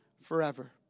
forever